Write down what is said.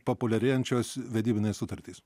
populiarėjančios vedybinės sutartys